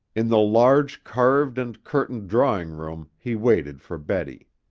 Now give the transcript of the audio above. in the large carved and curtained drawing-room he waited for betty.